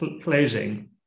closing